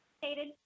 stated